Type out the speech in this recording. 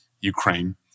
Ukraine